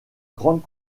grande